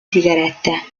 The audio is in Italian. sigarette